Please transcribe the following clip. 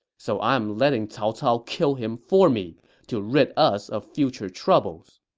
so i'm letting cao cao kill him for me to rid us of future troubles.